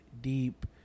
deep